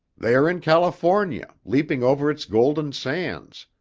they are in california, leaping over its golden sands,